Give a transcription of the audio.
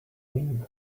mean